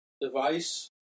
device